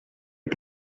est